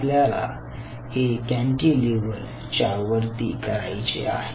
आपल्याला हे कॅन्टीलिव्हर च्या वरती करायचे आहे